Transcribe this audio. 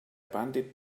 pandit